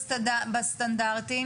אבל בוא נלך על הצד הבטוח.